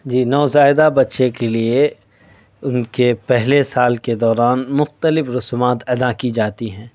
جی نوزائیدہ بچے کے لیے ان کے پہلے سال کے دوران مختلف رسومات ادا کی جاتی ہیں